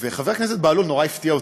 וחבר הכנסת בהלול נורא הפתיע אותי,